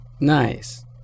nice